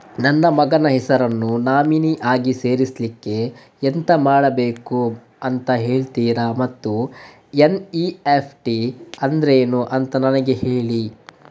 ನನ್ನ ಮಗನ ಹೆಸರನ್ನು ನಾಮಿನಿ ಆಗಿ ಸೇರಿಸ್ಲಿಕ್ಕೆ ಎಂತ ಮಾಡಬೇಕು ಅಂತ ಹೇಳ್ತೀರಾ ಮತ್ತು ಎನ್.ಇ.ಎಫ್.ಟಿ ಅಂದ್ರೇನು ಅಂತ ನನಗೆ ಹೇಳಿ